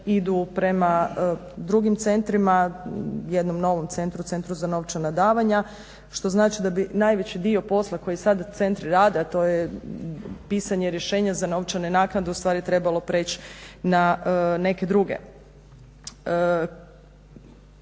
idu prema drugim centrima, jednom novom centru, Centru za novčana davanja. Što znači da bi najveći dio posla koji sad centri rade, a to je pisanje rješenja za novčane naknade ustvari trebalo preći na neke druge.